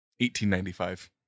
1895